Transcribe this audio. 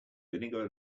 vinegar